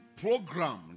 programmed